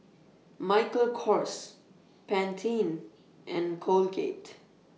Michael Kors Pantene and Colgate